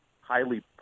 highly